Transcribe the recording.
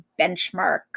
benchmark